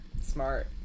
smart